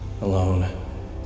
alone